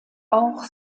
auch